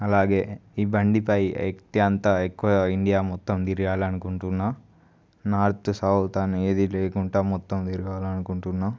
అలాగే ఈ బండిపై ఎక్కితే అంతా ఎక్కువ ఇండియా మొత్తం తిరగాలనుకుంటున్నా నార్త్ సౌత్ ఏది లేకుంటా మొత్తం తిరగాలనుకుంటున్నా